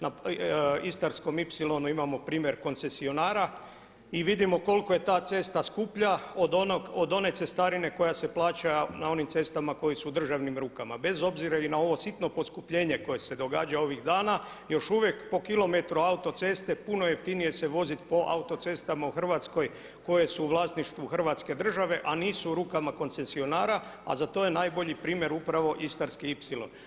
Na Istarskom ipsilonu imamo primjer koncesionara i vidimo koliko je ta cesta skuplja od one cestarine koja se plaća na onim cestama koji su u državnim rukama bez obzira i na ovo sitno poskupljenje koje se događa ovih dana još uvijek po kilometru autoceste puno jeftinije se vozit po autocestama u Hrvatskoj koje su u vlasništvu Hrvatske države, a nisu u rukama koncesionara a za to je najbolji primjer upravo Istarski ipsilon.